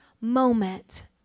moment